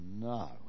no